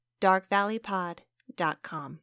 darkvalleypod.com